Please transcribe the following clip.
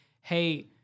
hey